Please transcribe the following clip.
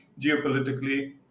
geopolitically